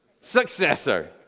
Successor